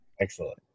Excellent